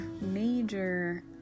major